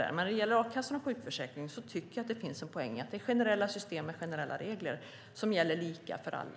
När det gäller a-kassan och sjukförsäkringen tycker jag att det finns en poäng i att det är generella system med generella regler som gäller lika för alla.